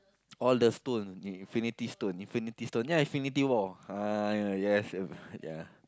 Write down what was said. all the stone infinity stone infinity stone ya Infinity War uh y~ yes ya